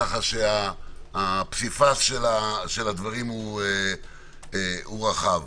כך שהפסיפס של הדברים הוא רחב.